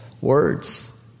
words